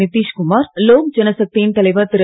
நித்தீஷ் குமார் லோக்ஜனசக்தியின் தலைவர் திரு